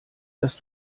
dass